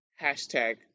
hashtag